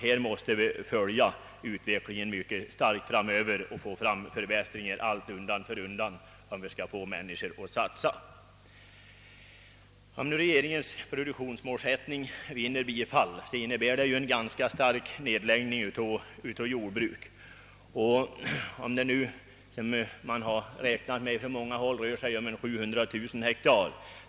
Vi måste följa utvecklingen mycket noga och genomföra förbättringar undan för undan, om vi skall få människor att ägna sig åt jordbruk. Om regeringens förslag till produktionsmålsättning vinner bifall, innebär det en ganska omfattande nedläggning av jordbruk; det har räknats med ungefär 700 000 hektar.